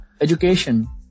Education